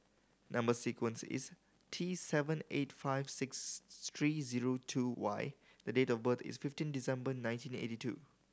number sequence is T seven eight five six three zero two Y the date of birth is fifteen December nineteen eighty two